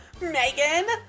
Megan